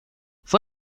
fue